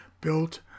built